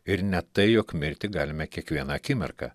ir ne tai jog mirtį galime kiekvieną akimirką